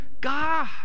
God